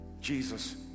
Jesus